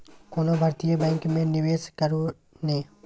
कोनो भारतीय बैंक मे निवेश करू ने